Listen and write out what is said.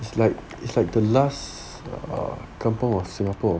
it's like it's like the last err kampung of singapore